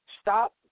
Stop